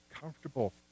comfortable